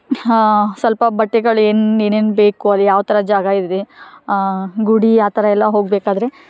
ಹಾಂ ಸ್ವಲ್ಪ ಬಟ್ಟೆಗಳು ಏನು ಏನೇನು ಬೇಕು ಅದು ಯಾವ ಥರ ಜಾಗ ಇದೆ ಗುಡಿ ಆ ಥರ ಎಲ್ಲ ಹೋಗಬೇಕಾದ್ರೆ